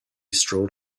strolled